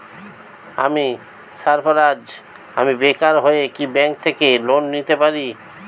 আমি সার্ফারাজ, আমি বেকার হয়েও কি ব্যঙ্ক থেকে লোন নিতে পারি?